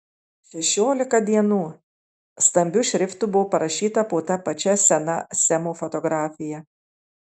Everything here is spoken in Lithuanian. šešiolika dienų stambiu šriftu buvo parašyta po ta pačia sena semo fotografija